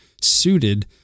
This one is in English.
suited